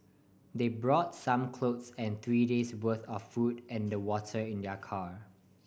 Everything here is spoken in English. they brought some clothes and three days' worth of food and water in their car